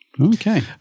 okay